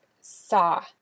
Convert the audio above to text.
saw